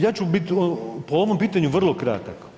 Ja ću biti po ovom pitanju vrlo kratak.